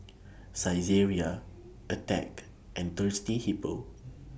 Saizeriya Attack and Thirsty Hippo